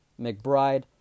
McBride